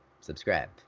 subscribe